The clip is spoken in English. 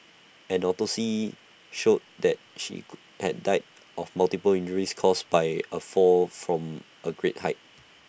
an autopsy showed that she had died of multiple injuries caused by A fall from A great height